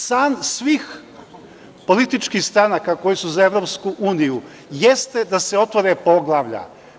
San svih političkih stranaka koje su za EU jeste da se otvore poglavlja.